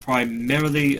primarily